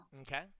Okay